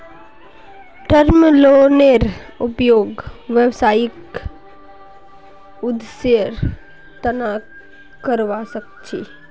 term लोनेर उपयोग व्यावसायिक उद्देश्येर तना करावा सख छी